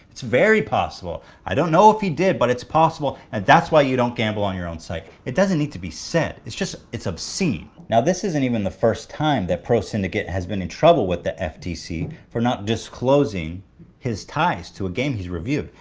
it's very possible. i don't know if he did, but it's possible. and that's why you don't gamble on your own site. it doesn't need to be said. it's just, it's obscene. now, this isn't even the first time that prosyndicate has been in trouble with the fdc for not disclosing his ties to a game he's reviewed.